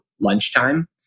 lunchtime